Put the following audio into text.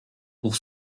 pour